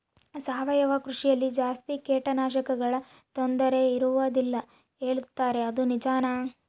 ಸಾವಯವ ಕೃಷಿಯಲ್ಲಿ ಜಾಸ್ತಿ ಕೇಟನಾಶಕಗಳ ತೊಂದರೆ ಇರುವದಿಲ್ಲ ಹೇಳುತ್ತಾರೆ ಅದು ನಿಜಾನಾ?